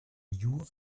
knew